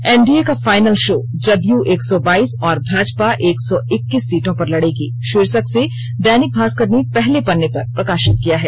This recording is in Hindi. एनडीए का फाइनल शो जदयू एक सौ बाईस और भाजपा एक सौ इक्कीस सीटों पर लड़ेगी शीर्षक से दैनिक भास्कर ने पहले पन्ने पर प्रकाशित किया है